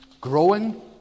growing